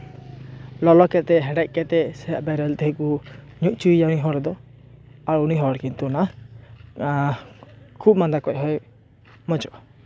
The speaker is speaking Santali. ᱞᱚᱞᱚ ᱠᱟᱛᱮ ᱦᱮᱰᱮᱡ ᱠᱟᱛᱮ ᱥᱮ ᱵᱮᱨᱮᱞ ᱛᱮᱜᱮ ᱠᱩ ᱧᱩ ᱦᱚᱪᱚᱭᱮᱭᱟ ᱩᱱᱤ ᱦᱚᱲ ᱫᱚ ᱟᱨ ᱩᱱᱤ ᱦᱚᱲ ᱠᱤᱱᱛᱩ ᱚᱱᱟ ᱠᱷᱩᱜ ᱢᱟᱸᱫᱟ ᱠᱷᱚᱡ ᱦᱚᱸᱭ ᱢᱚᱡᱚᱜᱼᱟ